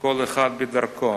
כל אחד בדרכו."